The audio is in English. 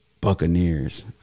Buccaneers